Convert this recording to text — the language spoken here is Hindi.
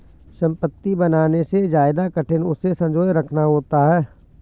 संपत्ति बनाने से ज्यादा कठिन उसे संजोए रखना होता है